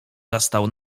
zastał